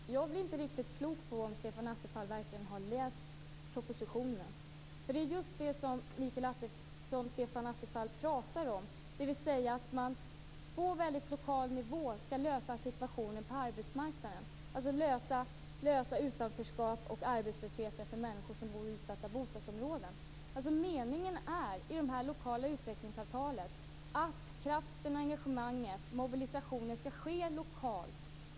Fru talman! Jag blir inte riktigt klok på om Stefan Attefall verkligen har läst propositionen. Det handlar ju om just det som Stefan Attefall talar om, dvs. att man på lokal nivå skall lösa situationen på arbetsmarknaden. Det handlar då om att lösa frågor om utanförskap och arbetslöshet när det gäller människor i utsatta bostadsområden. Meningen med de lokala utvecklingsavtalen är alltså att detta med kraften, engagemanget och mobilisationen skall ske lokalt.